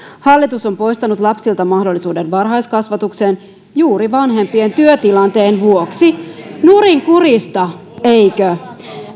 hallitus on poistanut lapsilta mahdollisuuden varhaiskasvatukseen juuri vanhempien työtilanteen vuoksi nurinkurista eikö